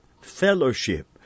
fellowship